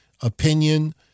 opinion